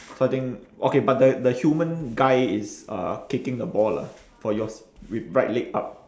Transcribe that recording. starting okay but the the human guy is uh kicking the ball lah for yours with right leg up